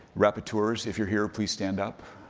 repeteurs, if you're here, please stand up.